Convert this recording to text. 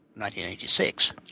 1986